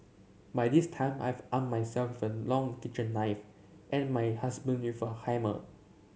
by this time I've armed myself with a long kitchen knife and my husband with a hammer